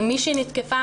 אם מישהו הותקפה,